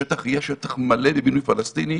השטח יהיה שטח מלא לבינוי פלסטיני